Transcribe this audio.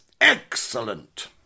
Excellent